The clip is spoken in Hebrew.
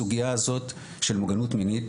הסוגייה הזאת של מוגנות מינית,